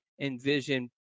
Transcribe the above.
envision